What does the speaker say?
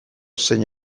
zein